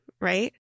Right